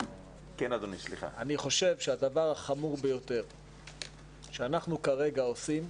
אני חושב שהדבר החמור ביותר שאנחנו כרגע עושים,